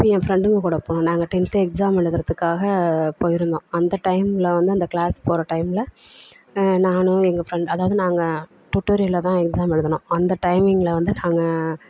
திருப்பி என் ஃப்ரெண்டுங்கக் கூட போனேன் நாங்கள் டென்த்து எக்ஸாம் எழுதுறத்துக்காக போய்ருந்தோம் அந்த டைமில் வந்து அந்த க்ளாஸ் போகிற டைமில் நானும் எங்கள் ஃப்ரெண்ட் அதாவது நாங்கள் டுட்டோரியலில் தான் எக்ஸாம் எழுதுனோம் அந்த டைமிங்கில் வந்து நாங்கள்